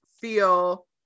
feel